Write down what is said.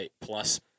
plus